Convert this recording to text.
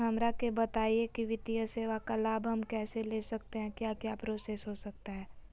हमरा के बताइए की वित्तीय सेवा का लाभ हम कैसे ले सकते हैं क्या क्या प्रोसेस हो सकता है?